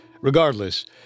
Regardless